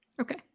Okay